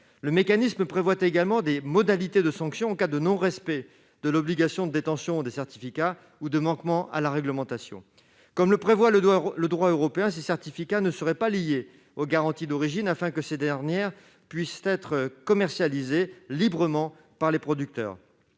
Le mécanisme prévoit également des modalités de sanction en cas de non-respect de l'obligation de détention des CP ou de manquement à la réglementation. Comme le prévoit le droit européen, ces CP ne seraient pas liés aux garanties d'origine, afin que ces dernières puissent être commercialisées librement par les producteurs.